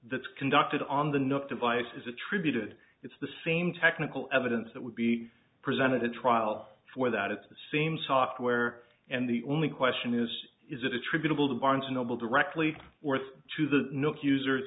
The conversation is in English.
that's conducted on the nook device is attributed it's the same technical evidence that would be presented at trial for that it's the same software and the only question is is it attributable to barnes and noble directly to the nook user